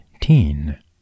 teen